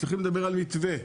צריכים לדבר על מתווה,